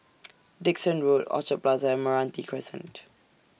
Dickson Road Orchard Plaza and Meranti Crescent